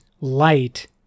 light